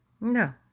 No